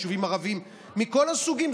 ישובים ערביים מכל הסוגים.